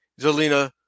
Zelina